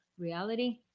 reality